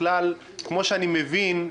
שכפי שאני מבין,